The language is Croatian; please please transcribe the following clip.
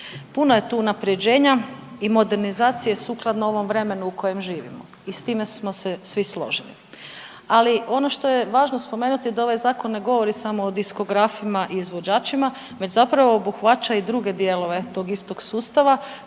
Puno je tu unapređenja i modernizacije sukladno ovom vremenu u kojem živimo. I s time smo se svi složili. Ali ono što je važno spomenuti da ovaj zakon ne govori samo o diskografima i izvođačima već zapravo obuhvaća i druge dijelove tog istog sustava